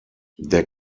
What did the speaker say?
der